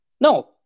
No